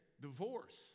divorce